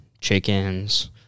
chickens